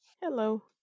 Hello